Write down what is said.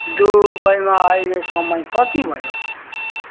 दुबईमा अहिले समय कति भयो